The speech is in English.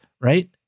right